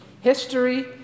History